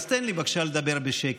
אז תן לי בבקשה לדבר בשקט.